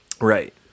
Right